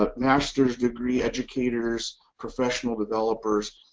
ah master's degree educators, professional developers,